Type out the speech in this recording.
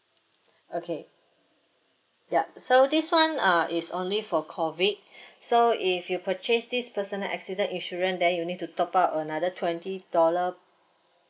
okay yup so this one uh is only for COVID so if you purchase this personal accident insurance then you need to top up another twenty dollar